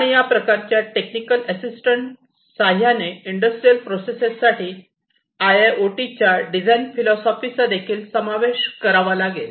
आणि या प्रकारच्या टेक्निकल असिस्टंट साहाय्याने इंडस्ट्रियल प्रोसेससाठी आयआयओटीच्या डिझाइन फिलोसोफीचा देखील समावेश करावा लागेल